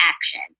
action